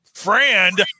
friend